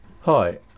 Hi